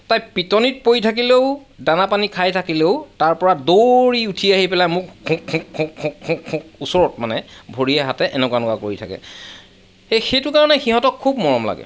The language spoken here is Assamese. তাই পিটনিত পৰি থাকিলেও দানা পানী খাই থাকিলেও তাৰপৰা দৌৰি উঠি আহি পেলাই মোক ঘোঁক ঘোঁক ঘোঁক ঘোঁক ঘোঁক ঘোঁক ওচৰত মানে ভৰিয়ে হাতে এনেকুৱা এনেকুৱা কৰি থাকে এই সেইটো কাৰণে ইহঁতক খুব মৰম লাগে